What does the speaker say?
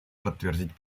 подтвердить